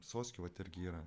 soskių vat irgi yra